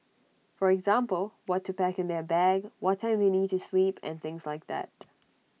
for example what to pack in their bag what time they need to sleep and things like that